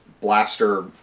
blaster